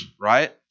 right